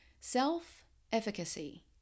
Self-efficacy